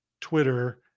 Twitter